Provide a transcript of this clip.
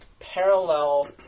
parallel